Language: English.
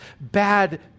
bad